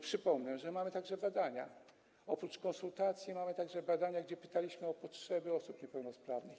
Przypomnę, że mamy także badania, oprócz konsultacji mamy także wyniki badań, a pytaliśmy o potrzeby osób niepełnosprawnych.